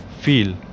feel